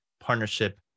partnership